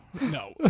no